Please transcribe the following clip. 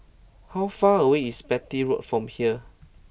how far away is Beatty Road from here